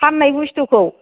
फान्नाय बुस्थुखौ